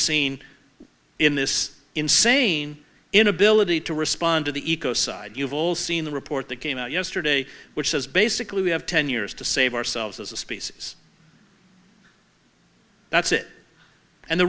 seen in this insane inability to respond to the eco side you've all seen the report that came out yesterday which says basically we have ten years to save ourselves as a species that's it and the